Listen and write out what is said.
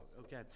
Okay